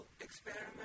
experiment